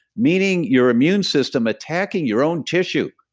meaning your immune system, attacking your own tissue,